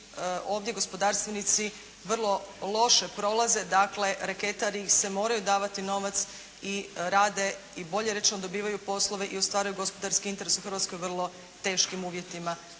ovdje gospodarstvenici vrlo loše prolaze, dakle reketari ih se, moraju davati novac i rade, i bolje rečeno dobivaju poslove i ostvaruju gospodarski interes u Hrvatskoj u vrlo teškim uvjetima.